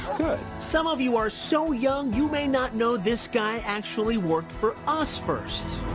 good. some of you are so young you may not know this guy actually worked for us first.